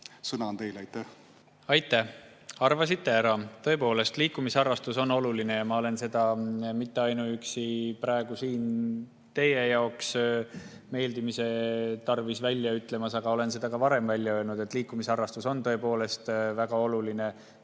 Sõna on teil. Aitäh,